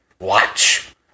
Watch